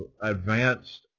advanced